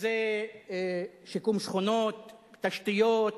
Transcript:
זה שיקום שכונות, תשתיות,